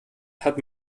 hat